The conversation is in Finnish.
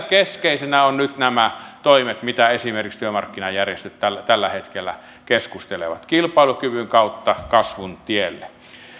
keskeisenä ovat nyt nämä toimet mistä esimerkiksi työmarkkinajärjestöt tällä tällä hetkellä keskustelevat kilpailukyvyn kautta kasvun tielle